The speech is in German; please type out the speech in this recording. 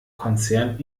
konzern